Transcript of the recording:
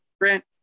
Grant